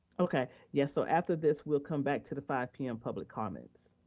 okay, yes, so after this, we'll come back to the five p m. public comments.